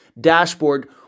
dashboard